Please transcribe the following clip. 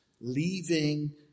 leaving